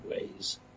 ways